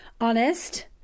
honest